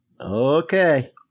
Okay